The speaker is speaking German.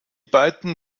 beiden